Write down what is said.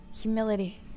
humility